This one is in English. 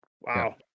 Wow